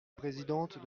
présidente